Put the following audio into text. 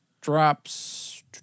drops